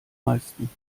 meisten